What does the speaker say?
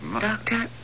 Doctor